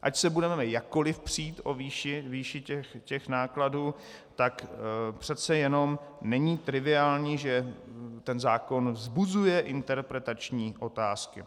Ať se budeme jakkoli přít o výši těch nákladů, tak přece jenom není triviální, že ten zákon vzbuzuje interpretační otázky.